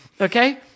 Okay